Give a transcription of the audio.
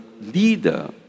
leader